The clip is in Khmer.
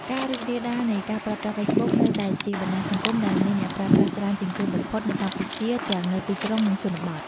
ការរីករាលដាលនៃការប្រើប្រាស់ Facebook នៅតែជាបណ្ដាញសង្គមដែលមានអ្នកប្រើប្រាស់ច្រើនជាងគេបំផុតនៅកម្ពុជា ទាំងនៅទីក្រុង និងជនបទ។